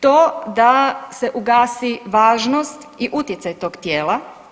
To da se ugasi važnost i utjecaj tog tijela.